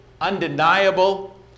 undeniable